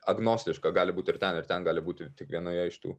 agnostiška gali būt ir ten ir ten gali būti tik vienoje iš tų